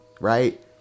right